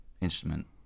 instrument